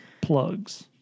plugs